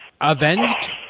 Avenged